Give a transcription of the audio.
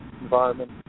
environment